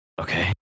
Okay